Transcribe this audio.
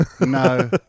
No